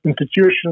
institutions